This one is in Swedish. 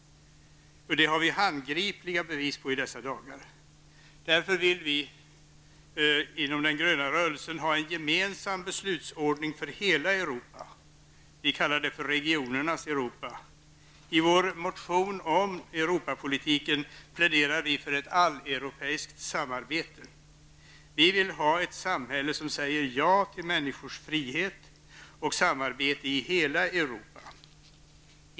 Det har vi handgripliga bevis på i dessa dagar. Därför vill vi inom den gröna rörelsen ha en gemensam beslutsordning för hela Europa. Vi kallar det för Regionernas Europa. I vår motion om Europapolitiken pläderar vi för ett alleuropeiskt samarbete. Vi vill ha ett samhälle som säger ja till människors frihet och samarbete i hela Europa.